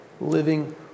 living